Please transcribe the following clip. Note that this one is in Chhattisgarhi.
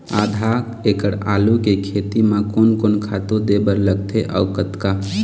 आधा एकड़ आलू के खेती म कोन कोन खातू दे बर लगथे अऊ कतका?